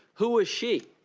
who was she?